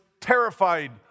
terrified